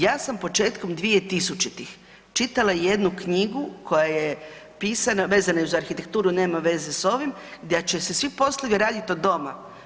Ja sam početkom 2000-ih čitala jednu knjigu koja je pisana, vezana je uz arhitekturu, nema veze s ovim, da će se svi poslovi raditi od doma.